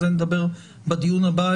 על זה נדבר בדיון הבא,